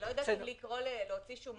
אני לא יודעת אם לקרוא להוצאת שומות